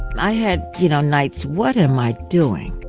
and i had, you know, nights what am i doing?